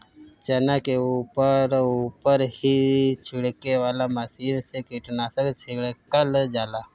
चना के ऊपर ऊपर ही छिड़के वाला मशीन से कीटनाशक छिड़कल जाला